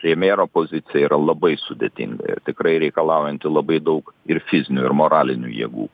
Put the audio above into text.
premjero pozicija yra labai sudėtinga ir tikrai reikalaujanti labai daug ir fizinių ir moralinių jėgų